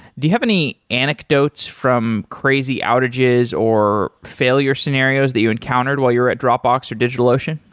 do you have any anecdotes from crazy outages or failure scenarios that you encountered while you're at dropbox or digitalocean?